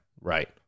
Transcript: right